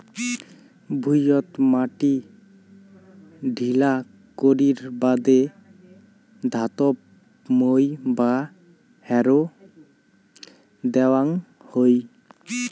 ভুঁইয়ত মাটি ঢিলা করির বাদে ধাতব মই বা হ্যারো দ্যাওয়াং হই